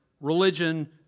religion